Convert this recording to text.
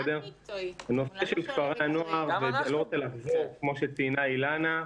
הנושא של כפרי הנוער כמו שציינה אילנה,